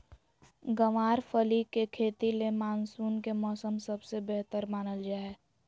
गँवार फली के खेती ले मानसून के मौसम सबसे बेहतर मानल जा हय